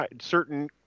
certain